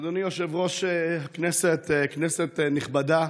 אדוני יושב-ראש הכנסת, כנסת נכבדה,